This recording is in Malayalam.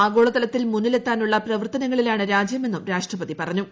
ആഗോളതലത്തിൽ മുന്നിലെത്താനുള്ള പ്രവർത്തനങ്ങളിലാണ് രാജ്യമെന്നും രാഷ്ട്രപതി പറഞ്ഞു